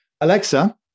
Alexa